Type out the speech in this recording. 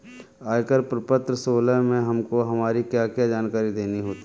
आयकर प्रपत्र सोलह में हमको हमारी क्या क्या जानकारी देनी होती है?